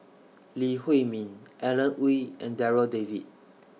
Lee Huei Min Alan Oei and Darryl David